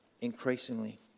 increasingly